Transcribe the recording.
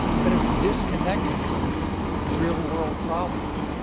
but it's disconnected from real world problems.